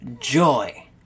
joy